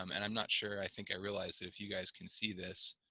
um and i'm not sure i think i realized that if you guys can see this